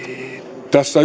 tässä